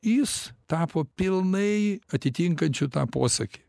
jis tapo pilnai atitinkančiu tą posakį